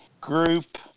group